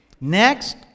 next